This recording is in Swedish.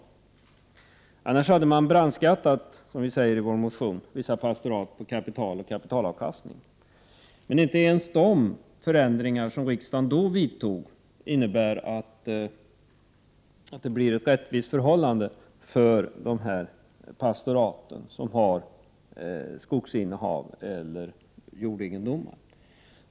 I annat fall hade en del pastorat brandskattats på kapital och kapitalavkastning. Inte ens de förändringar som riksdagen då vidtog innebär att det blir ett rättvist förhållande för de pastorat som har skog eller jordegendomar.